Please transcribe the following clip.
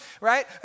Right